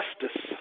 justice